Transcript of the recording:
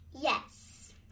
Yes